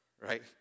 right